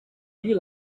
you